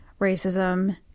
racism